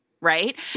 right